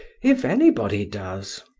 if anybody does.